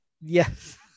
Yes